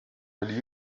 oli